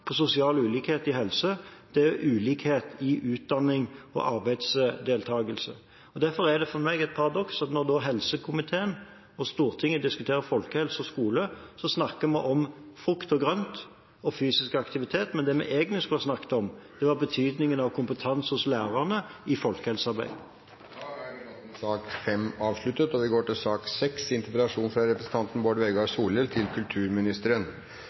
på sosial ulikhet i helse, er ulikhet i utdanning og arbeidsdeltakelse. Derfor er det et paradoks at når helsekomiteen og Stortinget diskuterer folkehelse og skole, snakker man om frukt og grønt og fysisk aktivitet. Det man egentlig skulle snakket om, var betydningen av kompetanse i folkehelsearbeid hos lærerne. Debatten i sak. nr. 5 er